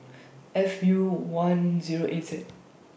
F U one Zero eight Z